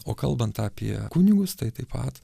o kalbant apie kunigus tai taip pat